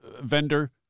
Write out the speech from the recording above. vendor